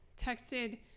texted